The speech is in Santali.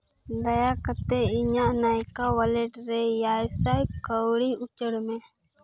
ᱫᱟᱭᱟ ᱠᱟᱛᱮ ᱤᱧᱟᱹᱜ ᱱᱟᱭᱠᱟ ᱚᱣᱟᱞᱮᱴ ᱨᱮ ᱮᱭᱟᱭ ᱥᱟᱭ ᱠᱟᱹᱣᱰᱤ ᱩᱪᱟᱹᱲ ᱢᱮ